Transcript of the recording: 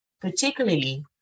Particularly